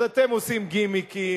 אז אתם עושים גימיקים